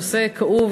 נושא כאוב,